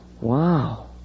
Wow